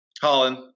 Holland